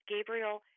Gabriel